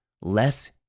less